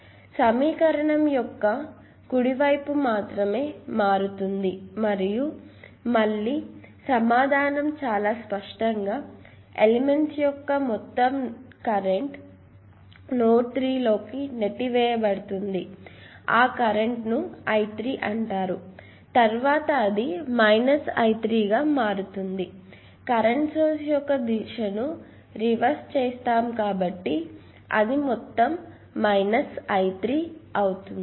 కాబట్టి సమీకరణం యొక్క కుడి వైపు మాత్రమే మారుతుంది మరియు మళ్ళీ సమాధానం చాలా స్పష్టంగా ఎలిమెంట్ యొక్క మొత్తం కరెంట్ నోడ్ 3 లోకి నెట్టివేయబడుతుంది మరియు ఆ కరెంటు ను I3 అంటారు తర్వాత అది I3 గా మారుతుంది కరెంట్ సోర్స్ యొక్క దిశ ను రివర్స్ చేస్తారు కాబ్బటి అది మొత్తం I3 అవుతుంది